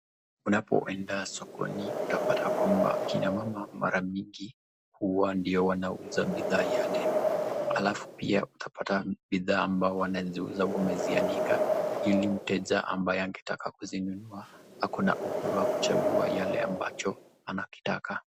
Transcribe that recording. Unapo enda sokoni utapata kwamba kina mama mara mingi huwa ndio wanauza bidhaa yale. Halafu pia utapata bidhaa ambao wanaziuza wamezianika ili mteja ambaye angetaka kuzinunua ako na uhuru wa kuchagua yale ambacho anakitaka.